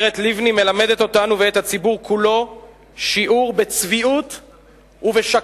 הגברת לבני מלמדת אותנו ואת הציבור כולו שיעור בצביעות ובשקרנות,